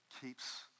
keeps